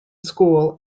school